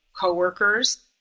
coworkers